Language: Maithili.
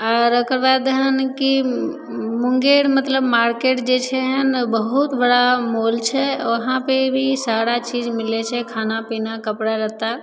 आर ओकर बाद हइ ने कि मुंगेर मतलब मार्केट जे छै ने बहुत बड़ा मॉल छै आओर उहाँ पर भी सारा चीज मिलय छै खाना पीना कपड़ा लत्ता